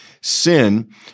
Sin